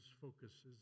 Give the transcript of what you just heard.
focuses